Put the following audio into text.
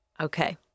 Okay